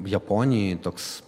japonijoj toks